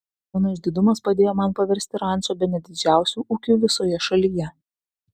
mano išdidumas padėjo man paversti rančą bene didžiausiu ūkiu visoje šalyje